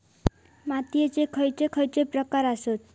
मातीयेचे खैचे खैचे प्रकार आसत?